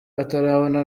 atarabona